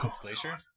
Glacier